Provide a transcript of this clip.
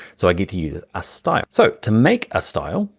so i get to use a style. so to make a style,